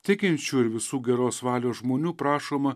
tikinčių ir visų geros valios žmonių prašoma